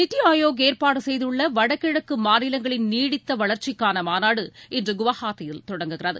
நித்தி ஆயோக் ஏற்பாடு செய்துள்ள வடகிழக்கு மாநிலங்களின் நீடித்த வளர்ச்சிக்கான மாநாடு இன்று குவஹாத்தியில் தொடங்குகிறது